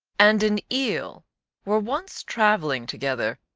and an eel were once travelling together,